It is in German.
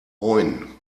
moin